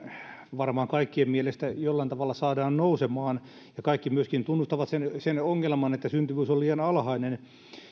varmaan kaikkien mielestä jollain tavalla saadaan nousemaan ja kaikki myöskin tunnustavat sen sen ongelman että syntyvyys on liian alhainen